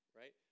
right